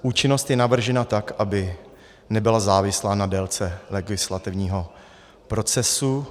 Účinnost je navržena tak, aby nebyla závislá na délce legislativního procesu.